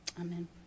Amen